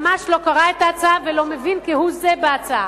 ממש לא קרא את ההצעה ולא מבין כהוא זה בהצעה.